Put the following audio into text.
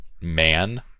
man